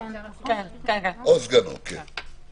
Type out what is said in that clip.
או סגנו, כן.